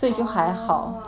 所以就还好